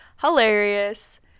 Hilarious